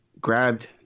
grabbed